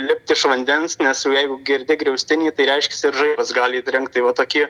lipt iš vandens nes jau jeigu girdi griaustinį tai reiškias ir žaibas gali trenkt tai va tokie